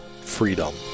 Freedom